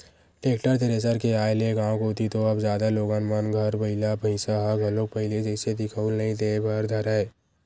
tractor, thresher के आय ले गाँव कोती तो अब जादा लोगन मन घर बइला भइसा ह घलोक पहिली जइसे दिखउल नइ देय बर धरय